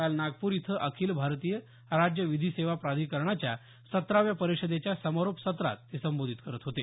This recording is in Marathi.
काल नागपूर इथं अखिल भारतीय राज्य विधी सेवा प्राधिकरणाच्या सतराव्या परिषदेच्या समारोप सत्रात ते संबोधित करत होते